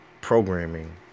Programming